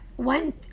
One